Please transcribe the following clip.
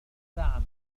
تعمل